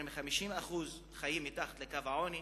יותר מ-50% חיים מתחת לקו העוני,